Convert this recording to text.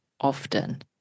often